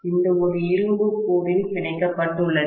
அந்த ஒரு இரும்பு கோரில் பிணைக்கப்பட்டுள்ளது